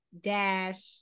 dash